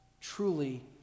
truly